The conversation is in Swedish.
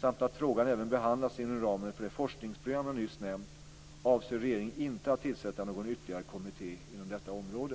samt att frågan även behandlas inom ramen för det forskningsprogram jag nyss nämnt, avser regeringen inte att tillsätta någon ytterligare kommitté inom detta område.